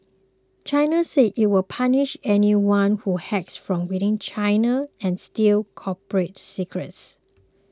China says it will punish anyone who hacks from within China or steals corporate secrets